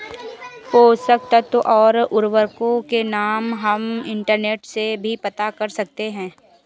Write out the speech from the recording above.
पोषक तत्व और उर्वरकों के नाम हम इंटरनेट से भी पता कर सकते हैं